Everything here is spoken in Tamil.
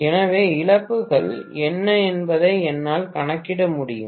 எனவே இழப்புகள் என்ன என்பதை என்னால் கணக்கிட முடியும்